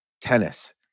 tennis